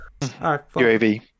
UAV